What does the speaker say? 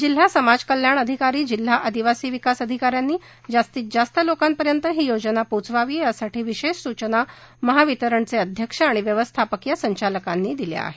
जिल्हा समाज कल्याण अधिकारी जिल्हा आदिवासी विकास अधिकाऱ्यांनी जास्तीत जास्त लोकांपर्यंत ही योजना पोचवावी यासाठी विशेष अशा सूचना महावितरणचे अध्यक्ष आणि व्यवस्थापकीय संचालकानी दिल्या आहेत